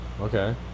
okay